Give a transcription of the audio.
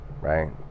right